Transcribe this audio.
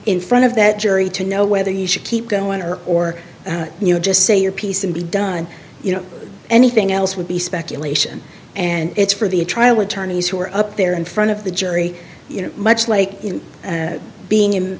in front of that jury to know whether you should keep going or or you know just say your piece and be done you know anything else would be speculation and it's for the trial attorneys who are up there in front of the jury you know much like him being in